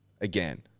Again